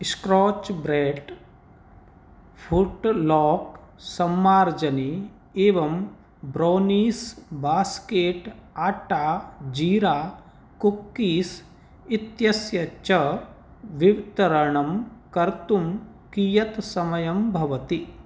स्क्रोच् Brite फ़ुट् लाक् सम्मार्जनी एवं ब्रौनीस् बास्केट् आट्टा जीरा कुक्कीस् इत्यस्य च वित्तरणं कर्तुं कियत् समयः भवति